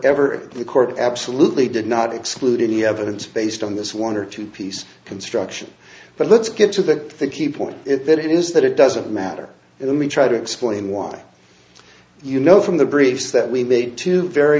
ever the court absolutely did not exclude any evidence based on this one or two piece construction but let's get to the thinking point if it is that it doesn't matter and then we try to explain why you know from the briefs that we made two very